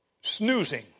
snoozing